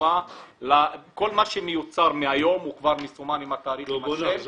כל מה שמיוצר החל מהיום כבר מסומן עם התאריך והשם.